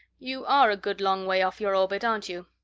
you are a good long way off your orbit, aren't you?